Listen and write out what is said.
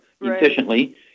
efficiently